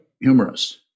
humorous